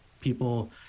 people